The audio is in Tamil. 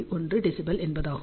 1 dBi என்பதாகும்